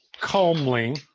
calmly